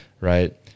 right